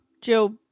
Joe